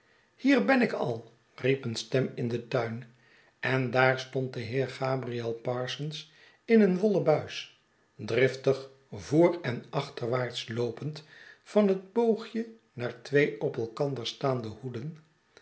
hier ben ik al riep een stem in dentuin en daar stond de heer gabriel parsons in een wollen buis driftig voor en achterwaarts loopend van het boogje naar twee op elkander staande hoeden